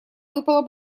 выпала